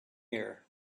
here